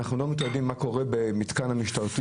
אנחנו לא מתועדים מה קורה במתקן המשטרתי